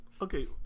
okay